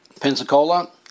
Pensacola